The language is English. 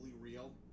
real